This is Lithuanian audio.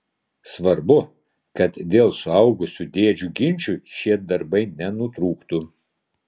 svarbu kad dėl suaugusių dėdžių ginčų šie darbai nenutrūktų